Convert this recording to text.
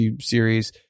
series